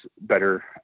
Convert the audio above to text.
better